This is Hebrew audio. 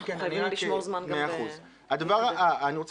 אנחנו חייבים לשמור זמן גם --- כן, כן.